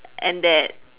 and that